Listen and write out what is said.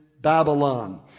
Babylon